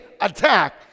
attack